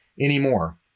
anymore